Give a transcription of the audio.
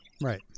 Right